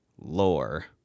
lore